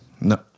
No